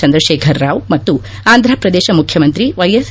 ಚಂದ್ರಶೇಖರ್ ರಾವ್ ಮತ್ತು ಆಂಧಪ್ರದೇಶ ಮುಖ್ಯಮಂತ್ರಿ ವೈಎಸ್